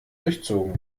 durchzogen